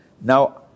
Now